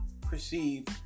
perceive